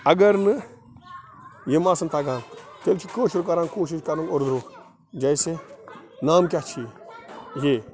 اگر نہٕ یِم آسَن تَگان تیٚلہِ چھِ کٲشُر کَران کوٗشِش کَرُن اُردو جیسے نام کیٛاہ چھی یہ